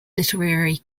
literary